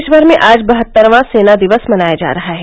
देशभर भें आज बहत्तरवां सेना दिवस मनाया जा रहा है